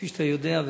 כפי שאתה יודע,